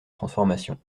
transformations